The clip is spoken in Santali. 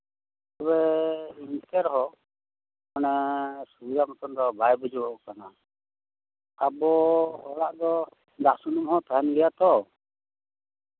ᱛᱚᱵᱮ ᱱᱤᱛᱚᱜᱦᱚᱸ ᱥᱩᱵᱤᱫᱷᱟ ᱢᱚᱛᱚ ᱫᱚ ᱵᱟᱭ ᱵᱩᱡᱷᱟᱹᱜ ᱠᱟᱱᱟ ᱟᱵᱚ ᱦᱚᱲᱟᱜ ᱫᱚ ᱫᱟᱜ ᱥᱩᱱᱩᱢ ᱦᱚᱸ ᱛᱟᱦᱮᱱ ᱜᱮᱭᱟ ᱛᱚ